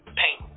paint